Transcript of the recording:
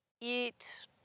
eat